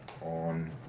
on